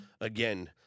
again